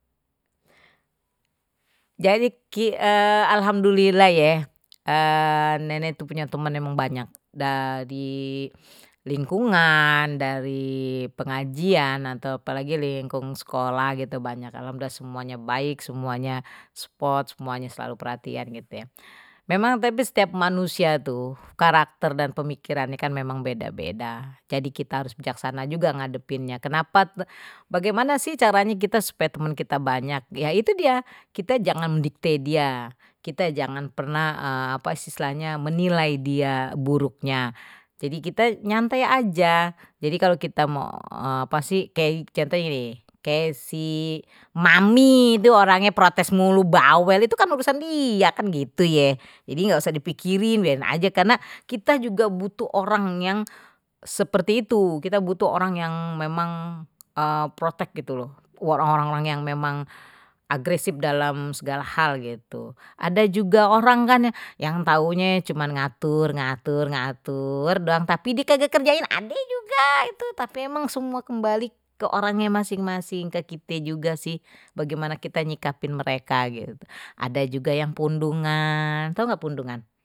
Jadi alhamdulillah ye, nenek itu punya teman emang banyak dari lingkungan dari pengajian atau apalagi lingkungan sekolah gitu banyak alhamdulillah semuanya baik semuanya spot semuanya selalu perhatian gitu ya memang setiap manusia tuh karakter dan pemikirannya kan memang beda-beda jadi kita harus bijaksana juga ngadepinnya kenapa bagaimana sih caranya kita supaya teman kita banyak ya itu dia kita jangan kita jangan mendikte kite jangan pernah apa istilahnya menilai dia buruknya jadi kite nyantai aja jadi kalau kita mau apa sih contohnye kayak gini kayak si mami itu orangnye protes mulu bawel itu kan urusan dia kan gitu ya jadi enggak usah dipikirin biarin aja karena kita juga butuh orang yang seperti itu kita butuh orang yang memang protect gitu loh orang-orang yang memang agresif dalam segala hal gitu ada juga orang kan yang tahunya cuman ngatur-ngatur ngatur doang tapi die kagak kerjain ade juga itu tapi memang semua kembali ke orangnya masing-masing ke kita juga sih bagaimana kita nyikapin mereka gitu ada juga yang pundungan tau enggak pundungan.